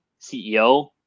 CEO